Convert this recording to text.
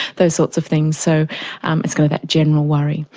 those sorts of things, so um it's kind of that general worry.